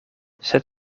sed